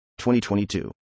2022